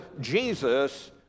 Jesus